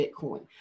Bitcoin